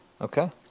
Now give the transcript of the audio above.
Okay